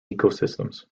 ecosystems